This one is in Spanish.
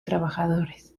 trabajadores